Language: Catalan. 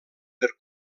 per